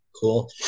Cool